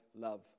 love